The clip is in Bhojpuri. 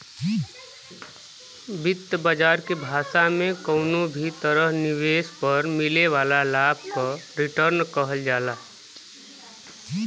वित्त बाजार के भाषा में कउनो भी तरह निवेश पर मिले वाला लाभ क रीटर्न कहल जाला